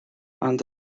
and